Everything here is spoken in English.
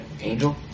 angel